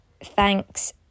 thanks